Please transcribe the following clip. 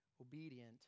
obedient